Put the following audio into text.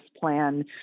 plan